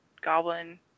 goblin